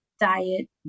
diet